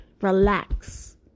Relax